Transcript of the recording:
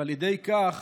ועל ידי כך,